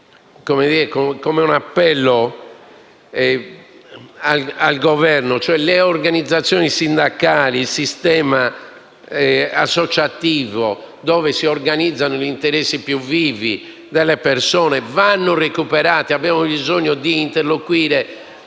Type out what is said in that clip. come un appello al Governo: le organizzazioni sindacali, il sistema associativo, dove si organizzano gli interessi più vivi delle persone, vanno recuperati. Abbiamo bisogno di interloquire